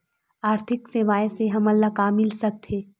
आर्थिक सेवाएं से हमन ला का मिल सकत हे?